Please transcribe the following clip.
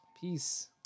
Peace